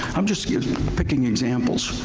i'm just picking examples